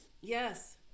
Yes